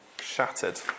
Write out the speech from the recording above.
shattered